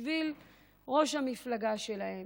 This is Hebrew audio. בשביל ראש המפלגה שלהם,